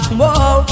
whoa